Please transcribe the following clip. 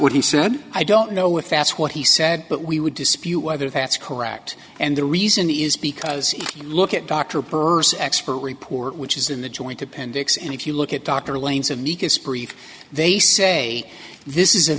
what he said i don't know if that's what he said but we would dispute whether that's correct and the reason is because if you look at dr expert report which is in the joint appendix and if you look at dr lanes of micus brief they say this is a